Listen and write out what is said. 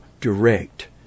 direct